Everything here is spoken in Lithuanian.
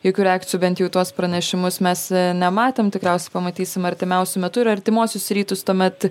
jokių reakcijų bent į tuos pranešimus mes nematėm tikriausiai pamatysim artimiausiu metu ir artimuosius rytus tuomet